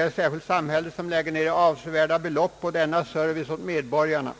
är särskilt samhället som lägger ned avsevärda belopp på denna service åt medborgarna.